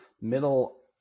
middle